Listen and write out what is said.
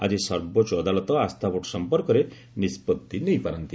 ଆଜି ସର୍ବୋଚ୍ଚ ଅଦାଲତ ଆସ୍ଥା ଭୋଟ୍ ସଂପର୍କରେ ନିଷ୍ପଭି ନେଇପାରନ୍ତି